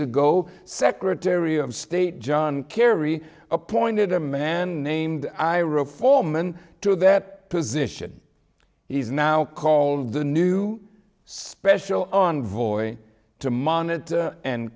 ago secretary of state john kerry appointed a man named iraq foreman to that position he's now called the new special envoy to monitor and